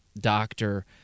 doctor